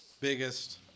Biggest